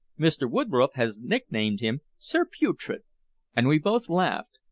mr. woodroffe has nicknamed him sir putrid and we both laughed.